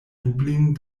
dublin